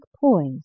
poise